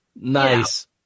Nice